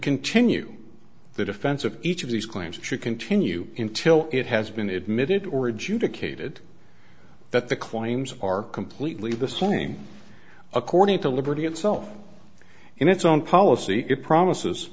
continue the defense of each of these claims should continue in till it has been admitted or adjudicated that the claims are completely the same according to liberty itself in its own policy it promises